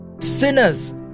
Sinners